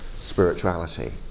spirituality